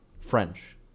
French